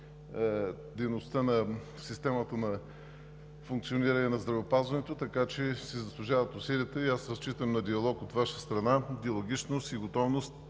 дейността на системата на функциониране на здравеопазването. Така че си заслужават усилията. Разчитам на диалогичност от Ваша страна и готовност